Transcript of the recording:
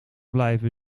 blijven